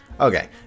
Okay